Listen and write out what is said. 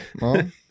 Mom